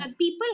people